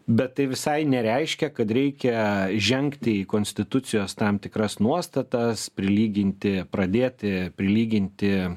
bet tai visai nereiškia kad reikia žengti į konstitucijos tam tikras nuostatas prilyginti pradėti plilyginti